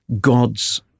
God's